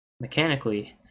mechanically